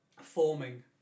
Forming